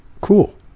Cool